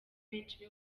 benshi